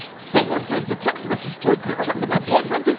someone sends a text message to a group chat that my boyfriend is